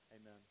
Amen